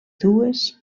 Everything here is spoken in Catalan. dues